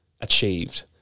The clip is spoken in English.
achieved